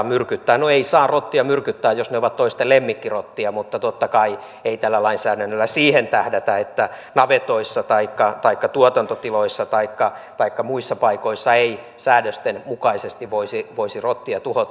no ei saa rottia myrkyttää jos ne ovat toisten lemmikkirottia mutta totta kai ei tällä lainsäädännöllä siihen tähdätä että navetoissa taikka tuotantotiloissa taikka muissa paikoissa ei säädösten mukaisesti voisi rottia tuhota